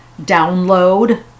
download